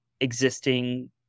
existing